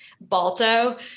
Balto